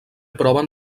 proven